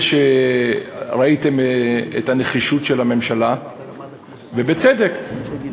ראיתם את הנחישות של הממשלה, ובצדק, איזה?